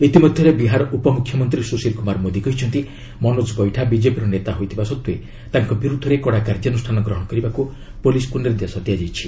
ଇତିମଧ୍ୟରେ ବିହାର ଉପମୁଖ୍ୟମନ୍ତ୍ରୀ ସୁଶୀଲ କୁମାର ମୋଦି କହିଛନ୍ତି ମନୋଜ ବଇଠା ବିଜେପିର ନେତା ହୋଇଥିବା ସଡ୍ଜେ ତାଙ୍କ ବିରୁଦ୍ଧରେ କଡ଼ା କାର୍ଯ୍ୟାନୁଷ୍ଠାନ ଗ୍ରହଣ କରିବାକୁ ପୋଲିସ୍କୁ ନିର୍ଦ୍ଦେଶ ଦିଆଯାଇଛି